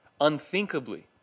unthinkably